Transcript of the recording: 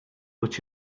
but